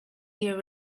year